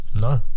No